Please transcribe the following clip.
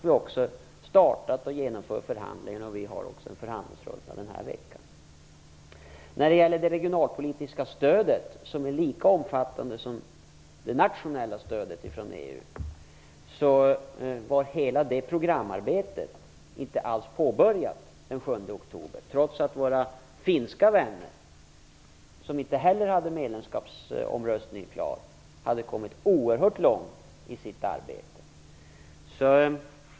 Vi har också startat och genomfört förhandlingarna. Vi har en förhandlingsrunda i den här veckan. När det gäller det regionalpolitiska stödet, som är lika omfattande som det nationella stödet från EU, så var programarbetet inte alls påbörjat den 7 oktober. Men våra finska vänner, som inte heller hade medlemskapsomröstningen klar, hade kommit oerhört långt i sitt arbete.